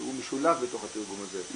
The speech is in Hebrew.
כשהוא משולב בתוך התרגום הזה.